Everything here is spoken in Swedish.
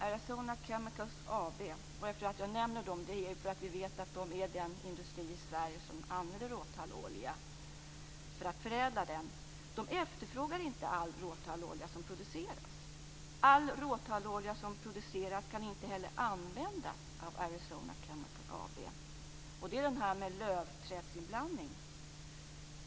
Arizona Chemical AB - jag nämner det företaget eftersom vi vet att det är den industri i Sverige som använder råtallolja för att förädla den - efterfrågar inte all råtallolja som produceras. All råtallolja som produceras kan inte heller användas av Arizona Chemical AB. Det har med lövträdsinblandning att göra.